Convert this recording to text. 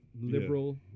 liberal